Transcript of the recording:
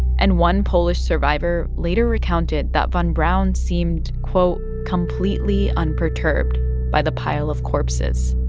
and one polish survivor later recounted that von braun seemed, quote, completely unperturbed by the pile of corpses